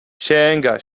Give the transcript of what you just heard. sięga